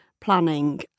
planning